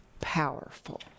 Powerful